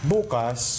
Bukas